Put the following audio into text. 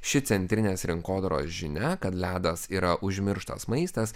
ši centrinės rinkodaros žinia kad ledas yra užmirštas maistas